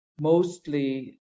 mostly